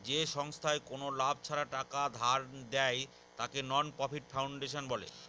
যে সংস্থায় কোনো লাভ ছাড়া টাকা ধার দেয়, তাকে নন প্রফিট ফাউন্ডেশন বলে